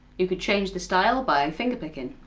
you could change the style by and finger-picking.